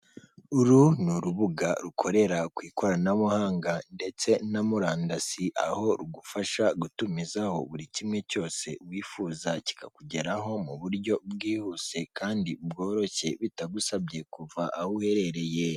Uru ni urubuga rukorera ku ikoranabuhanga ndetse na murandasi, aho rugufasha gutumizaho buri kimwe cyose wifuza kikakugeraho mu buryo bwihuse kandi bworoshye bitagusabye kuva aho uherereye.